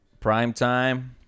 Primetime